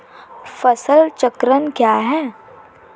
फसल चक्रण क्या है?